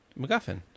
MacGuffin